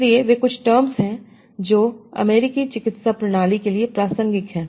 इसलिए वे कुछ टर्म्स हैं जो अमेरिकी चिकित्सा प्रणाली के लिए प्रासंगिक हैं